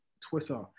Twitter